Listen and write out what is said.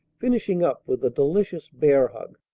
finishing up with a delicious bear-hug.